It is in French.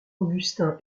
augustin